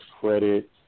credit